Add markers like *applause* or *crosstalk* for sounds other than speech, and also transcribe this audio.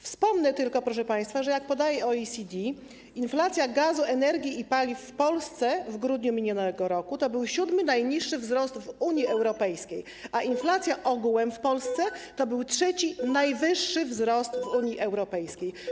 Wspomnę tylko, proszę państwa, że, jak podaje OECD, inflacja gazu, energii i paliw w Polsce w grudniu minionego roku to był 7., najniższy wzrost w Unii Europejskiej, *noise* a inflacja ogółem w Polsce to był 3., najwyższy wzrost w Unii Europejskiej.